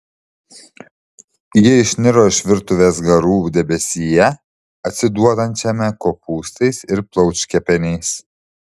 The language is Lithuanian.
ji išniro iš virtuvės garų debesyje atsiduodančiame kopūstais ir plaučkepeniais